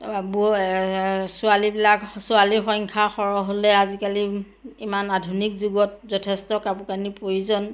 বো ছোৱালীবিলাক ছোৱালীৰ সংখ্যা সৰহ হ'লে আজিকালি ইমান আধুনিক যুগত যথেষ্ট কাপোৰ কানিৰ প্ৰয়োজন